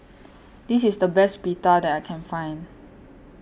This IS The Best Pita that I Can Find